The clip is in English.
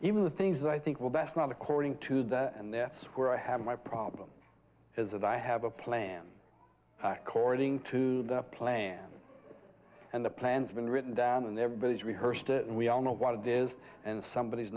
even the things that i think will best not according to the and that's where i have my problem is that i have a plan cording to the plan and the plans been written down and everybody's rehearsed it and we all know what it is and somebody